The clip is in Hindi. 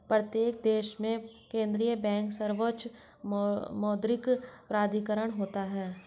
प्रत्येक देश में केंद्रीय बैंक सर्वोच्च मौद्रिक प्राधिकरण होता है